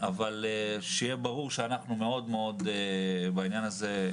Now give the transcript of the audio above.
אבל שיהיה ברור שאנחנו בעניין הזה,